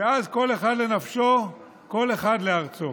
ואז כל אחד לנפשו, כל אחד לארצו.